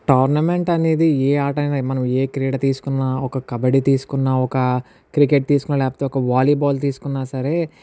tournament అనేది ఏ ఆటైనా మనం ఏ క్రీడ తీసుకున్నా ఒక కబడ్డీ తీసుకున్నా ఒక క్రికెట్ తీసుకున్నా లేకపోతే ఒక వాలీబాల్ తీసుకున్నా సరే